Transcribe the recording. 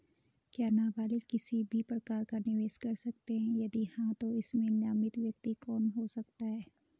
क्या नबालिग किसी भी प्रकार का निवेश कर सकते हैं यदि हाँ तो इसमें नामित व्यक्ति कौन हो सकता हैं?